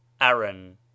Aaron